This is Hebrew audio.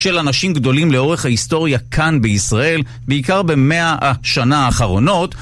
של אנשים גדולים לאורך ההיסטוריה כאן בישראל, בעיקר במאה השנה האחרונות.